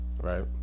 Right